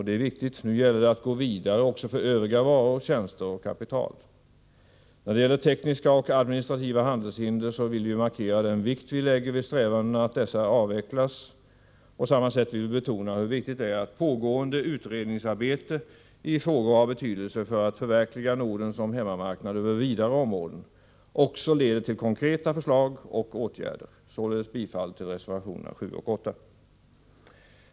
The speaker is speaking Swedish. Det är viktigt, men nu gäller det att gå vidare med övriga varor, tjänster och kapital. När det gäller tekniska och administrativa handelshinder vill vi markera den vikt vi fäster vid strävandena att dessa avvecklas. På samma sätt vill vi betona hur viktigt det är att pågående utredningsarbete i frågor av betydelse för att förverkliga Norden som hemmamarknad över vidare områden också leder till konkreta förslag och åtgärder. Således yrkar jag bifall till reservationerna 7 och 8.